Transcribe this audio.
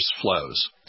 flows